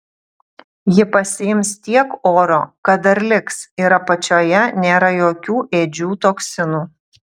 ji pasiims tiek oro kad dar liks ir apačioje nėra jokių ėdžių toksinų